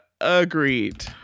Agreed